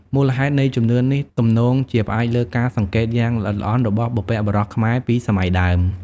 មូលហេតុនៃជំនឿនេះទំនងជាផ្អែកលើការសង្កេតយ៉ាងល្អិតល្អន់របស់បុព្វបុរសខ្មែរពីសម័យដើម។